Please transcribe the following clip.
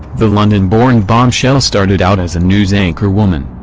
the london-born bombshell started out as a news anchor woman.